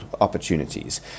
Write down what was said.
opportunities